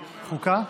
החוקה?